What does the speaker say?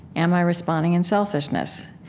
am i responding in selfishness?